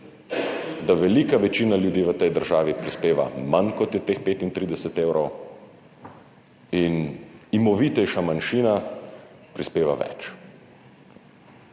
da velika večina ljudi v tej državi prispeva manj, kot je teh 35 evrov, in imovitejša manjšina prispeva več.